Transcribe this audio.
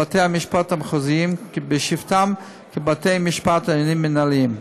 אל בתי-המשפט המחוזיים בשבתם כבתי-משפט לעניינים מינהליים.